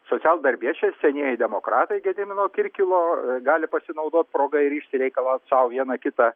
socialdarbiečiai senieji demokratai gedimino kirkilo gali pasinaudot proga ir išsireikalaut sau vieną kitą